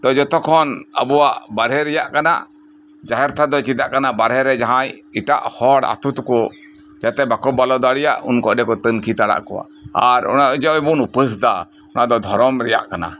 ᱛᱚ ᱡᱚᱛᱚ ᱠᱷᱚᱱ ᱟᱵᱚᱣᱟᱜ ᱵᱟᱨᱦᱮ ᱨᱮᱭᱟᱜ ᱠᱟᱱᱟ ᱡᱟᱦᱮᱨ ᱛᱷᱟᱱ ᱫᱚ ᱪᱮᱫᱟᱜ ᱠᱟᱱᱟ ᱵᱟᱨᱦᱮ ᱨᱮ ᱡᱟᱦᱟᱸᱭ ᱮᱴᱟᱜ ᱦᱚᱲ ᱟᱛᱩ ᱛᱮᱠᱚ ᱡᱟᱛᱮ ᱵᱟᱠᱚ ᱵᱚᱞᱚ ᱫᱟᱲᱮᱭᱟᱜ ᱩᱱᱠᱩ ᱚᱸᱰᱮ ᱠᱚ ᱛᱟᱱᱠᱷᱤ ᱛᱟᱬᱟᱜ ᱠᱚᱜᱼᱟ ᱟᱨ ᱚᱱᱟ ᱚᱪᱚᱜ ᱢᱮ ᱵᱩᱱᱩ ᱯᱩᱥᱫᱟ ᱚᱱᱟ ᱫᱚ ᱫᱷᱚᱨᱚᱢ ᱨᱮᱭᱟᱜ ᱠᱟᱱᱟ